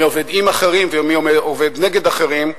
מי עובד עם אחרים ומי עובד נגד אחרים.